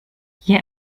hier